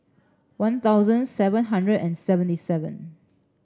one thousand seven hundred and seventy seven